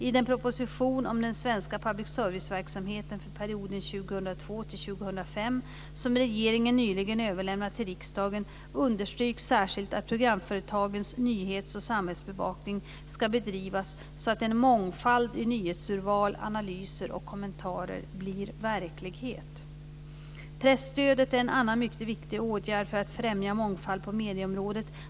I den proposition om den svenska public service-verksamheten för perioden 2002-2005 som regeringen nyligen överlämnat till riksdagen understryks särskilt att programföretagens nyhets och samhällsbevakning ska bedrivas så att en mångfald i nyhetsurval, analyser och kommentarer blir verklighet. Presstödet är en annan mycket viktig åtgärd för att främja mångfald på medieområdet.